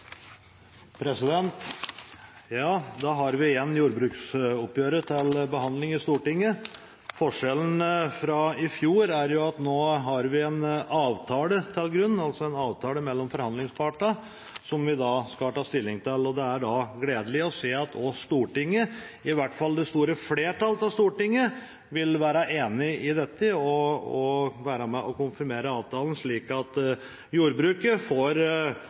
at nå ligger det en avtale til grunn, altså en avtale mellom forhandlingspartene som vi skal ta stilling til. Det er gledelig å se at også Stortinget – i hvert fall det store flertallet i Stortinget – vil være enig i dette og være med og konfirmere avtalen, slik at jordbruket får